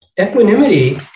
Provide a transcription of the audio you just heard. equanimity